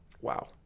Wow